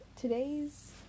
today's